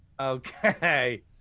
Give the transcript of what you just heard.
okay